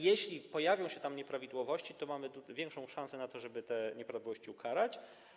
Jeśli pojawią się tam nieprawidłowości, to mamy większą szansę, żeby za te nieprawidłowości ukarać.